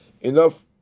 enough